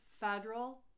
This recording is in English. federal